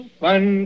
fun